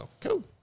Cool